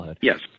Yes